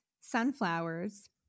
sunflowers